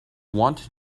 want